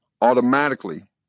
automatically